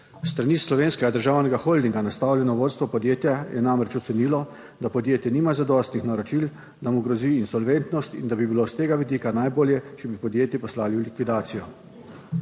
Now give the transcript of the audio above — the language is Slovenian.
strani Slovenskega državnega holdinga nastavljeno. Vodstvo podjetja je namreč ocenilo, da podjetje nima zadostnih naročil, da mu grozi insolventnost in da bi bilo s tega vidika najbolje, če bi podjetje poslali v likvidacijo.